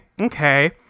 okay